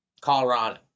Colorado